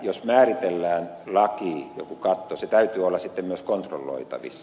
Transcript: jos määritellään lakiin joku katto sen täytyy olla sitten myös kontrolloitavissa